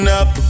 up